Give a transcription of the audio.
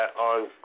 on